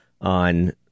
on